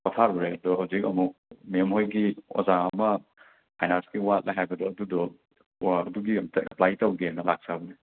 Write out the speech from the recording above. ꯄꯣꯊꯥꯔꯨꯔꯦ ꯑꯩꯁꯨ ꯍꯧꯖꯤꯛ ꯑꯃꯨꯛ ꯃꯦꯝ ꯍꯣꯏꯒꯤ ꯑꯣꯖꯥ ꯑꯃ ꯐꯥꯏꯟ ꯑꯥꯔ꯭ꯠꯁꯀꯤ ꯋꯥꯠꯂꯦ ꯍꯥꯏꯕꯗꯣ ꯑꯗꯨꯗꯣ ꯑꯗꯨꯒꯤ ꯑꯝꯇ ꯑꯦꯄ꯭ꯂꯥꯏ ꯇꯧꯒꯦꯅ ꯂꯥꯛꯆꯕꯅꯦ